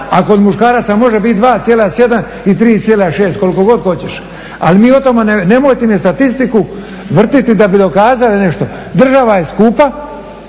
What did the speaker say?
a kod muškaraca može biti 2,7 i 3,6 koliko god hoćeš. Ali mi o tome, nemojte mi statistiku vrtjeti da bi dokazali nešto. Država je skupa,